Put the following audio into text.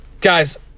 Guys